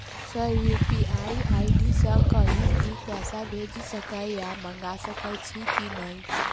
Sir UPI ID सँ कहि भी पैसा भेजि सकै या मंगा सकै छी की न ई?